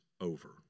over